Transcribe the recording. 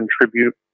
contribute